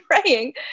praying